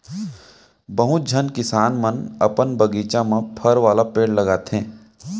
बहुत झन किसान मन अपन बगीचा म फर वाला पेड़ लगाथें